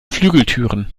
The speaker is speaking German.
flügeltüren